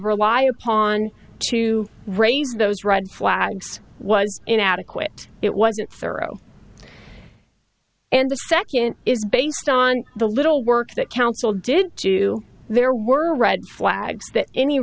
rely upon to raise those red flags was inadequate it wasn't thorough and the second is based on the little work that council did do there were red flag